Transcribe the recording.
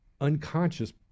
unconscious